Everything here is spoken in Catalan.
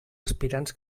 aspirants